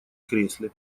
кресле